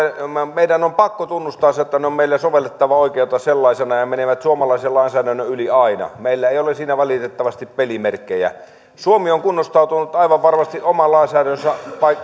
meidän on pakko tunnustaa se ovat meillä sovellettavaa oikeutta sellaisenaan ja menevät suomalaisen lainsäädännön yli aina meillä ei ole siinä valitettavasti pelimerkkejä suomi on kunnostautunut aivan varmasti oman lainsäädäntönsä